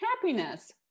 happiness